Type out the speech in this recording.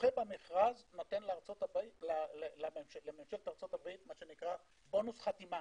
הזוכה במכרז נותן לממשלת ארצות הברית בונוס חתימה.